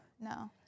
no